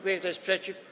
Kto jest przeciw?